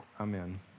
Amen